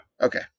Okay